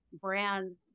brands